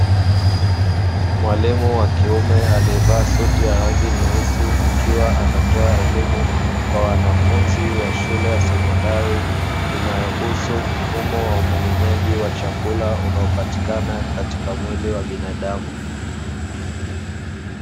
Mwalimu wa kiume aliyevaa suti ya rangi nyeusi akiwa anatoa elimu kwa wanafunzi wa shule ya sekondari, inayohusu mfumo wa umeng'enyaji chakula unaopatikana katika mwili wa binadamu.